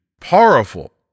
powerful